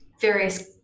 various